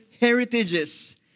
heritages